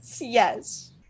Yes